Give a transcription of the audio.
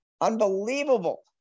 Unbelievable